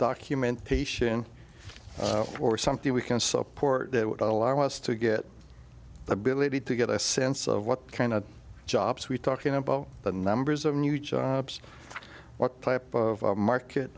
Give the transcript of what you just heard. documentation or something we can support that would allow us to get the ability to get a sense of what kind of jobs we're talking about the numbers of new jobs what type of market